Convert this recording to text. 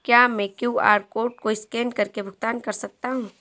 क्या मैं QR code को स्कैन करके भुगतान कर सकता हूं?